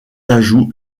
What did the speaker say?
ajouts